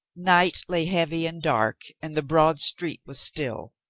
night lay heavy and dark and the broad street was still.